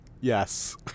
Yes